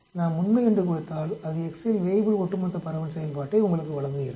நாம் உண்மை என்று கொடுத்தால் அது x இல் வேய்புல் ஒட்டுமொத்த பரவல் செயல்பாட்டை உங்களுக்கு வழங்குகிறது